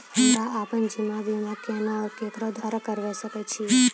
हमरा आपन जीवन बीमा केना और केकरो द्वारा करबै सकै छिये?